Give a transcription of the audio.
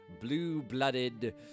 blue-blooded